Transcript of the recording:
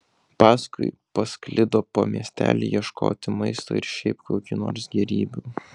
paskui pasklido po miestelį ieškoti maisto ir šiaip kokių nors gėrybių